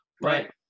Right